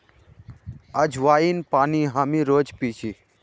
अज्वाइन पानी हामी रोज़ पी छी